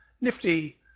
nifty